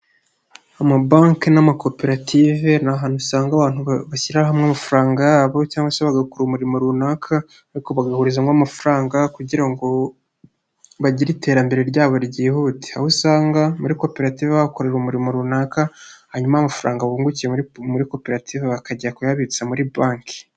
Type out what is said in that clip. Amabanki n'amakoperative ni ahantu usanga abantu bashyira hamwe amafaranga yabo cyangwa se bagakora umurimo runaka ariko bagahurizamo amafaranga, kugira ngo bagire iterambere ryabo ryihute, aho usanga muri koperative bahakorera umurimo runaka hanyuma amafaranga bungukiye muri koperative bakajya kuyabitsa muri banki.